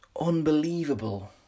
unbelievable